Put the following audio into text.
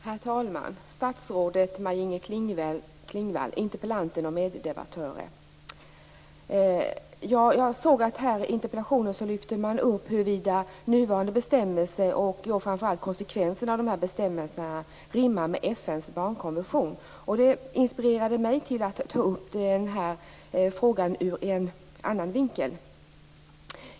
Herr talman! Statsrådet Maj-Inger Klingvall, interpellanten och meddebattören! Jag såg att man i interpellationen lyfter upp huruvida nuvarande bestämmelser och framför allt konsekvenserna av bestämmelserna rimmar med FN:s barnkonvention. Det inspirerade mig till att ta upp den här frågan ur en annan vinkel.